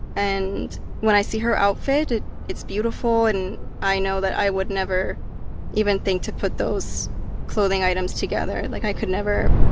and when i see her outfit, it's beautiful. and i know that i would never even think to put those clothing items together. like, i could never,